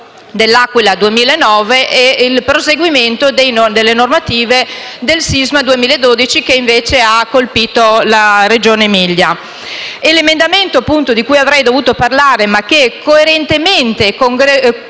dell'Aquila del 2009 e del proseguimento delle normative per il sisma 2012 che invece ha colpito la Regione Emilia. Con l'emendamento 1.86 di cui avrei dovuto parlare, coerentemente e